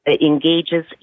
engages